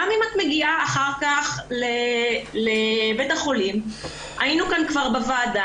גם אם את מגיעה אחר כך לבית החולים היינו כאן כבר בוועדה